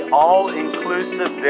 all-inclusive